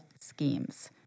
schemes